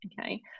Okay